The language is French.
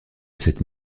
cette